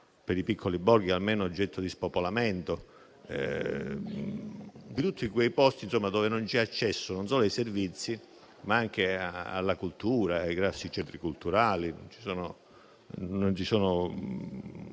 per i piccoli borghi almeno, oggetto di spopolamento, di tutti quei posti, insomma, dove non c'è accesso non solo ai servizi ma anche alla cultura, ai grossi centri culturali. Non ci sono